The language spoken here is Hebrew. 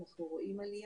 אנחנו רואים עלייה,